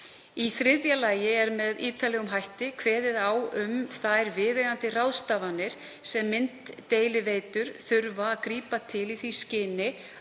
Í þriðja lagi er með ítarlegum hætti kveðið á um þær viðeigandi ráðstafanir sem mynddeiliveitur þurfa að grípa til í því skyni